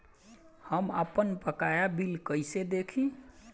हम आपनबकाया बिल कइसे देखि?